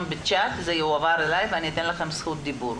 בצ'אט וזה יועבר אלי ואתן לכם זכות דיבור.